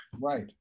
Right